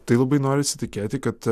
tai labai norisi tikėti kad